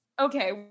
okay